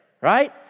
right